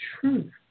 truth